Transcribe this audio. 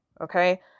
okay